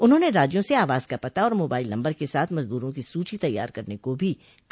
उन्होंने राज्यों स आवास का पता और मोबाइल नम्बर के साथ मजदूरों की सूची तैयार करने को भी कहा